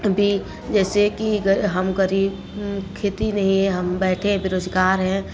अभी जैसे कि हम गरीब खेती नहीं है हम बैठे हैं बेरोजगार हैं